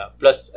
plus